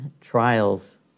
trials